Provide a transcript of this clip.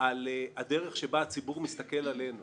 על הדרך שבה הציבור מסתכל עלינו